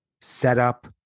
Setup